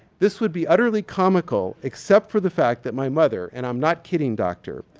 this would be utterly comical except for the fact that my mother, and i'm not kidding, doctor,